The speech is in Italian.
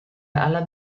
alla